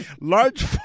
large